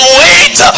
wait